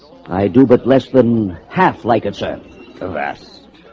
i do but less than half like it sir the rest